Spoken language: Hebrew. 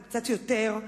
או קצת יותר,